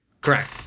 Correct